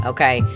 Okay